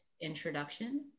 introduction